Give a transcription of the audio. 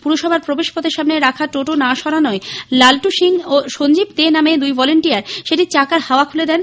পুরসভার প্রবেশপথের সামনে রাখা টোটো না সরানোয় লাল্টু সিং ও সঞ্জীব দে নামে ঐ দুই ভলান্টিয়ার সেটির চাকার হাওয়া খুলে দেন